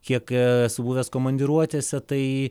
kiek esu buvęs komandiruotėse tai